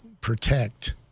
protect